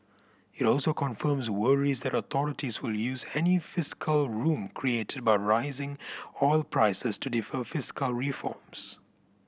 it also confirms worries that authorities will use any fiscal room created by rising oil prices to defer fiscal reforms